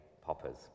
poppers